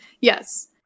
yes